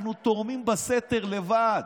אנחנו תורמים בסתר לבד.